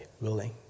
willing